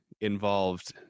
involved